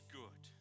good